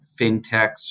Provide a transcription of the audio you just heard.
fintechs